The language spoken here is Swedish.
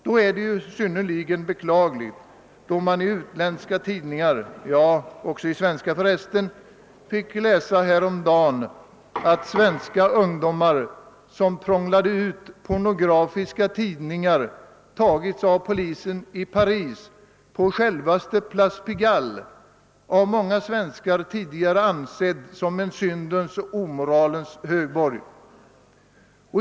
Då är det ju synnerligen beklagligt, när man i utländska tidningar — ja, också i svenska för resten — häromdagen fick läsa om att svenska ungdomar, som prånglade ut pornografiska tidningar, tagits av polisen i Paris på själva Place Pigalle, av många svenskar tidigare ansedd som en syndens och omoralens högborg.